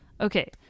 okay